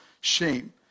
shame